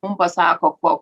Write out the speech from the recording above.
mum pasako po